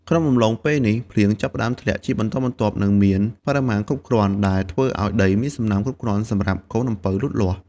ក្នុងអំឡុងពេលនេះ ភ្លៀងចាប់ផ្តើមធ្លាក់ជាបន្តបន្ទាប់ និងមានបរិមាណគ្រប់គ្រាន់ ដែលធ្វើឱ្យដីមានសំណើមគ្រប់គ្រាន់សម្រាប់កូនអំពៅលូតលាស់។